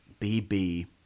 BB